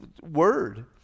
word